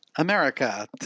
America